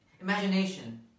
imagination